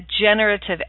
generative